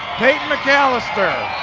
payton mcalister,